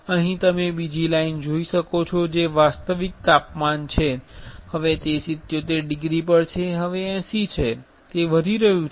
અહીં તમે બીજી લાઇન જોઈ શકો છો જે વાસ્તવિક તાપમાન છે હવે તે 77 ડિગ્રી પર છે હવે 80 છે તે વધી રહ્યું છે